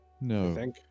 No